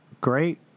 Great